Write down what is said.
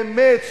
באמת,